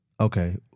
Okay